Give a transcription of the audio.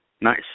Nice